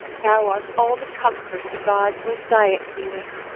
thou art all the comfort the gods will diet me with.